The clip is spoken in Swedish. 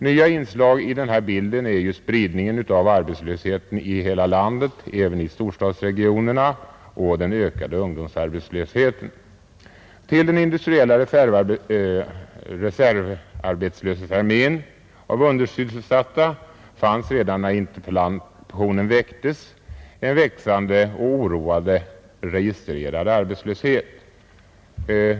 Nya inslag i bilden är ju spridningen av arbetslösheten i hela landet, även i storstadsregionerna, och den ökade ungdomsarbetslösheten. Förutom den industriella reservarbetslöshetsarmén av undersysselsatta fanns redan när interpellationen framställdes en växande och oroande registrerad arbetslöshet.